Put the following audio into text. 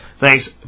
Thanks